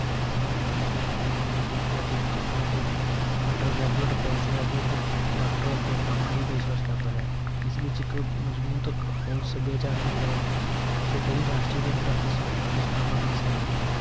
ਪ੍ਰਬੰਧਨ ਅਤੇ ਕਾਨੂੰਨ ਦੀਆਂ ਵੱਖ ਵੱਖ ਸ਼ਖਾਵਾਂ ਅਤੇ ਅੰਡਰ ਗ੍ਰੈਜੂਏਟ ਪੋਸਟ ਗ੍ਰੈਜੂਏਟ ਅਤੇ ਡਾਕਟਰਾਂ ਨੂੰ ਪ੍ਰੋਗਰਾਮਾਂ ਦੀ ਪੇਸ਼ਕਸ਼ ਕਰਦਾ ਹੈ ਇਸ ਵਿੱਚ ਇੱਕ ਮਜ਼ਬੂਤ ਖੋਜ ਸੱਭਿਆਚਾਰ ਵੀ ਹੈ ਅਤੇ ਕਈ ਰਾਸ਼ਟਰੀ ਅਤੇ ਅੰਤਰਰਾਸ਼ਟਰੀ ਸੰਸਥਾਵਾਂ ਨਾਲ ਸਹਿਯੋਗ ਹੈ